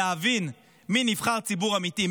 להבין מי נבחר ציבור אמיתי,